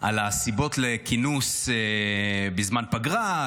על הסיבות לכינוס בזמן פגרה.